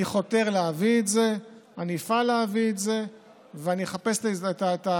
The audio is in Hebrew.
אני חייב להגיד לך שאצלי כשר משפטים העמדה הזאת רק מתחדדת עוד יותר,